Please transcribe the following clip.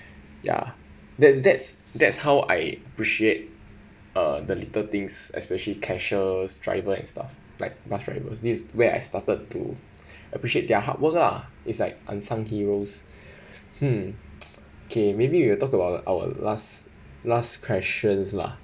ya that's that's that's how I appreciate uh the little things especially cashiers driver and stuff like bus driver this is where I started to appreciate their hard work lah it's like unsung heroes hmm okay maybe we will talk about our last last questions lah